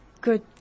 good